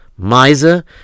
Miser